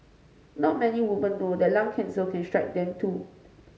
not many women know that lung cancer can strike them too